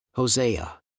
Hosea